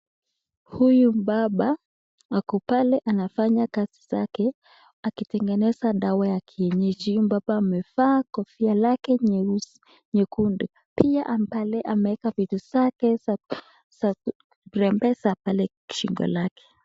Huyu baba ako pale anafanya kazi zake akitengenesa dawa ya kienyeji, huyu baba amefaa kofia lake nyeuzi nyekundu pia pale ameweka vitu vyake pale kurembesha shingo lake.